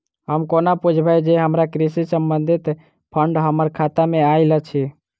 हम कोना बुझबै जे हमरा कृषि संबंधित फंड हम्मर खाता मे आइल अछि?